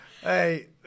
Hey